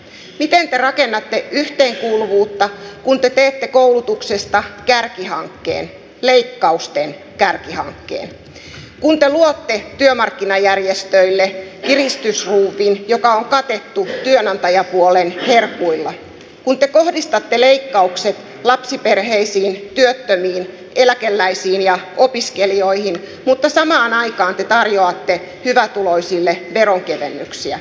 mitenkä rakennatte yhteenkuuluvuutta kun te teette koulutuksesta kärkihankkeen leikkausten kärkihankkeen kun te luotte työmarkkinajärjestöille kiristysruuvin joka on katettu työnantajapuolen herkuilla kun te kohdistatte leikkaukset lapsiperheisiin työttömiin eläkeläisiin ja opiskelijoihin mutta samaan aikaan te tarjoatte hyvätuloisille veronkevennyksiä